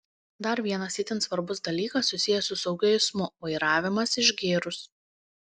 dar vienas itin svarbus dalykas susijęs su saugiu eismu vairavimas išgėrus